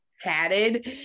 tatted